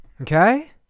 Okay